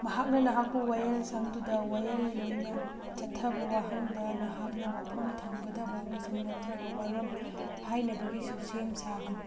ꯃꯍꯥꯛꯅ ꯅꯍꯥꯛꯄꯨ ꯋꯥꯌꯦꯜ ꯁꯪꯗꯨꯗ ꯋꯥꯌꯦꯜꯂꯣꯏꯅ ꯆꯠꯊꯕ ꯋꯥꯍꯪꯗ ꯅꯍꯥꯛꯅ ꯋꯥꯐꯝ ꯊꯝꯒꯗꯕ ꯑꯃꯁꯨꯡ ꯅꯠꯇ꯭ꯔꯒ ꯋꯥꯔꯣꯜ ꯍꯥꯏꯅꯕꯒꯤꯁꯨ ꯁꯦꯝ ꯁꯥꯒꯅꯤ